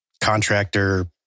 contractor